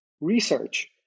research